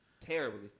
Terribly